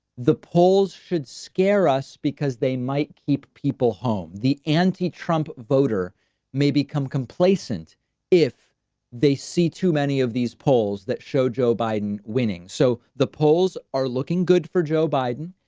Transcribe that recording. the polls should scare us because they might keep people home. the anti trump voter may become complacent if they see too many of these polls that show joe biden winning. so the polls are looking good for joe biden,